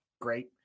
Great